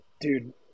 Dude